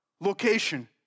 location